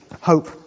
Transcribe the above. hope